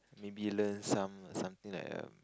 maybe learn some something like um